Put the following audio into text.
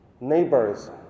neighbors